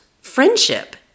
friendship